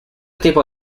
tipo